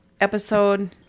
episode